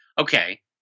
Okay